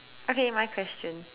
okay my question